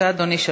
בבקשה, אדוני.